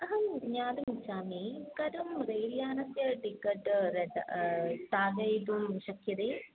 अहं ज्ञातुमिच्छामि कथं रैल् यानस्य टिकट् रेट् स्थगयितुं शक्यते